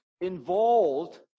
involved